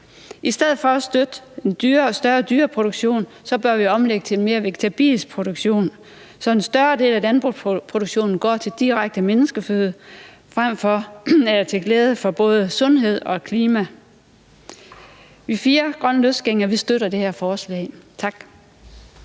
I stedet for at støtte en større dyreproduktion bør vi omlægge til mere vegetabilsk produktion, så en større del af landbrugsproduktionen går direkte til menneskeføde til glæde for både sundhed og klima. Vi fire grønne løsgængere støtter det her forslag. Tak.